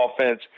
offense